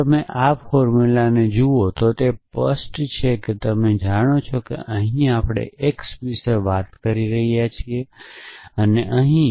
જો તમે આ ફોર્મુલાને જુઓ તો તે સ્પષ્ટ છે કે તમે જાણો છો અહીં આપણે x વિશે વાત કરી રહ્યા છીએ આપણે અહીં વાત કરી રહ્યા છીએ